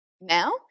now